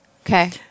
Okay